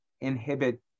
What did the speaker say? inhibit